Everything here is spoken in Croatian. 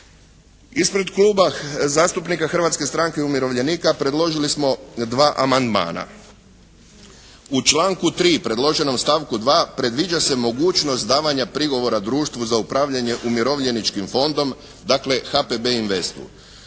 Ispred Kluba zastupnika Hrvatske stranke umirovljenika predložili smo dva amandmana. U članku 3. predloženom stavku 2. predviđa se mogućnost davanja prigovora društvu za upravljanje Umirovljeničkim fondom, dakle HPB Investu,